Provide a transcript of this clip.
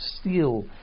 steel